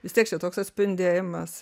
vis tiek čia toks atspindėjimas